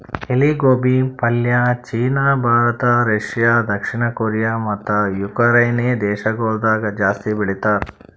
ಎಲಿ ಗೋಬಿ ಪಲ್ಯ ಚೀನಾ, ಭಾರತ, ರಷ್ಯಾ, ದಕ್ಷಿಣ ಕೊರಿಯಾ ಮತ್ತ ಉಕರೈನೆ ದೇಶಗೊಳ್ದಾಗ್ ಜಾಸ್ತಿ ಬೆಳಿತಾರ್